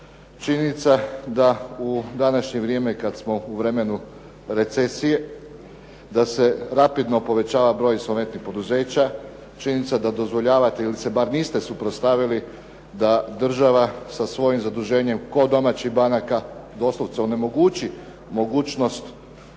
Činjenica da u današnje vrijeme kad smo u vremenu recesije da se rapidno povećava broj insolventnih poduzeća. Činjenica da dozvoljavate, ili se bar niste suprotstavili da država sa svojim zaduženjem kod domaćih banaka doslovce onemogući mogućnost